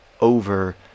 over